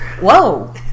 Whoa